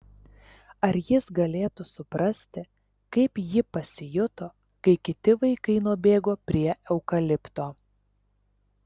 ar jis galėtų suprasti kaip ji pasijuto kai kiti vaikai nubėgo prie eukalipto